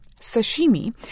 sashimi